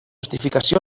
justificació